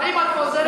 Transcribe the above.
האם את עוזרת,